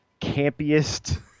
campiest